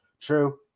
True